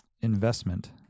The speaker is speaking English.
investment